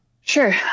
Sure